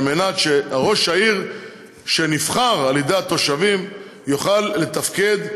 על מנת שראש העיר שנבחר על-ידי התושבים יוכל לתפקד,